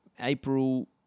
April